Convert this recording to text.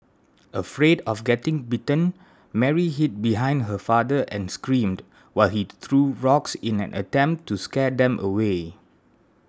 afraid of getting bitten Mary hid behind her father and screamed while he threw rocks in an attempt to scare them away